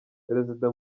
perezida